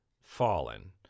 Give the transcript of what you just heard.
fallen